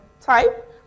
type